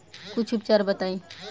कुछ उपचार बताई?